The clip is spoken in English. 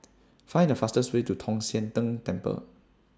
Find The fastest Way to Tong Sian Tng Temple